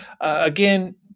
again